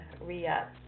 re-up